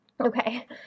Okay